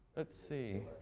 let's see.